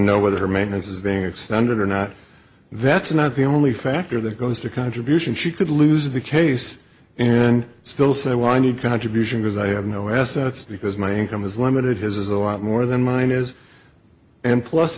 know whether her maintenance is being extended or not that's not the only factor that goes to contribution she could lose the case and still say i want any contribution because i have no assets because my income is limited his is a lot more than mine is and plus